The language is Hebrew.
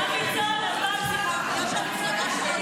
אל תהיו כאלה שמחים.